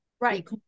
Right